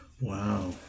Wow